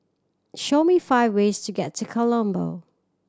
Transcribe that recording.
show me five ways to get to Colombo